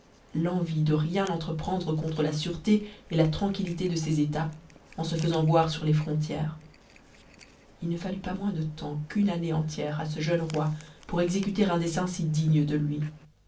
t'envie d rien entreprendre contre la sûreté et la tranquillité de ses états en se faisant voir sur les frontières il ne fallut pas moins de temps qu'une année entière à ce jeune roi pour exécuter un dessein si digne de lui